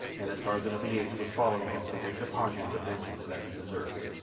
and that tarzan of the apes was following him to wreak upon him the vengeance that he deserved.